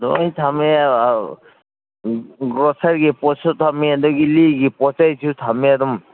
ꯂꯣꯏ ꯊꯝꯃꯦ ꯒ꯭ꯔꯣꯁꯔꯒꯤ ꯄꯣꯠꯁꯨ ꯊꯝꯃꯦ ꯑꯗꯒꯤ ꯂꯤꯒꯤ ꯄꯣꯠ ꯆꯩꯁꯨ ꯊꯝꯃꯦ ꯑꯗꯨꯝ